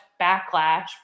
backlash